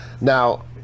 Now